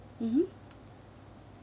mmhmm